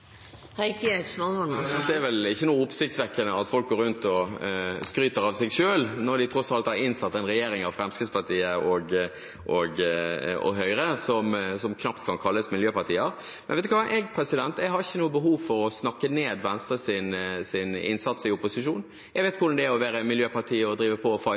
er vel ikke noe oppsiktsvekkende at folk går rundt og skryter av seg selv når de tross alt har innsatt en regjering av Fremskrittspartiet og Høyre, som knapt kan kalles miljøpartier. Men jeg har ikke noe behov for å snakke ned Venstres innsats i opposisjon. Jeg vet hvordan det er å være miljøparti og drive på